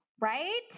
Right